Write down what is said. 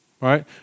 right